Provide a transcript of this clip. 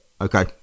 Okay